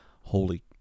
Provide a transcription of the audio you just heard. holy